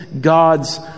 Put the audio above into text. God's